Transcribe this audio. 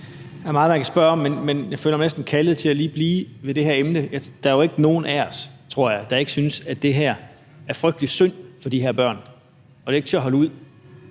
Der er meget, man kan spørge om, men jeg føler mig næsten kaldet til lige at blive ved det her emne. Der er jo ikke nogen af os, tror jeg, der ikke synes, at det er frygtelig synd for de her børn, og det er ikke til at holde ud,